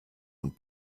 und